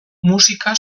musika